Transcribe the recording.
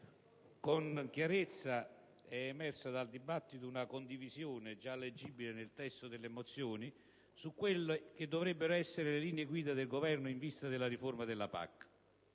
con chiarezza è emersa dal dibattito una condivisione, già leggibile nel testo delle mozioni, su quelle che dovrebbero essere le linee guida del Governo in vista della riforma della PAC.